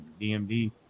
dmd